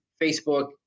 Facebook